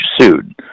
sued